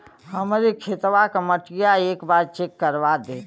हमरे खेतवा क मटीया एक बार चेक करवा देत?